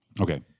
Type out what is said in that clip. Okay